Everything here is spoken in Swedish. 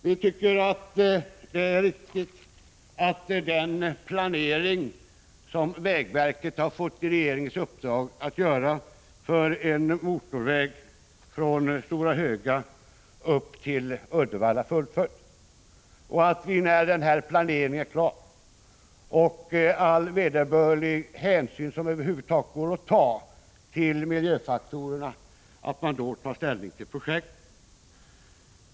Vi tycker att det är riktigt att den planering som vägverket har fått i uppdrag av regeringen att göra för en motorväg från Stora Höga upp till Uddevalla fullföljs. När den planeringen sedan är klar, och all den hänsyn som över huvud taget kan tas till miljöfaktorerna har tagits, har man att ta ställning till projektet.